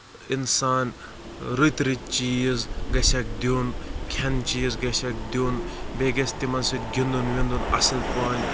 اِنسان رٕتۍ رٕتۍ چیٖز گژھیکھ دیُن کھیٚن چیٖز گژھیکھ دیُن بیٚیہِ گژھِ تِمن سۭتۍ گِندُن وِندُن اَصٕل پٲٹھۍ